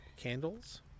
candles